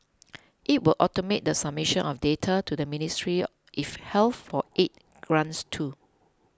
it will automate the submission of data to the Ministry if Health for aid grants too